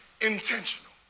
intentional